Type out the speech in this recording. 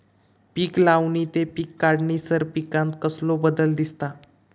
पीक लावणी ते पीक काढीसर पिकांत कसलो बदल दिसता?